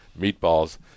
meatballs